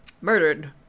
Murdered